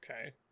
okay